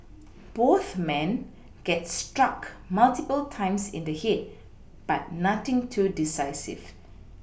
both men get struck multiple times in the head but nothing too decisive